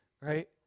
right